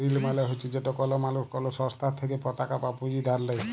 ঋল মালে হছে যেট কল মালুস কল সংস্থার থ্যাইকে পতাকা বা পুঁজি ধার লেই